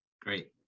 Great